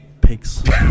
pigs